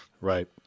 Right